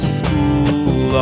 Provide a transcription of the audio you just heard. school